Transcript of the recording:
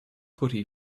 putty